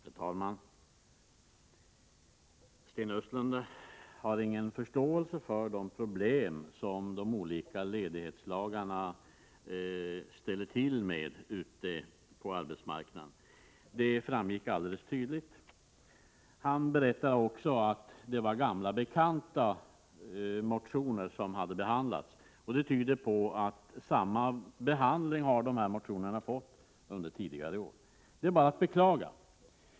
Herr talman! Det framgick alldeles tydligt att Sten Östlund inte har någon förståelse för de problem som de olika ledighetslagarna ställer till med ute på arbetsmarknaden. Han berättar också att motioner som hade behandlats var gamla bekanta, och det tyder på att motionerna under tidigare år fått samma behandling. Det är bara att beklaga.